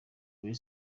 rayon